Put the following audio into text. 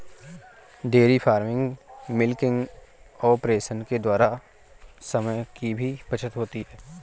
dairy farming milking operation के द्वारा समय की भी बचत होती है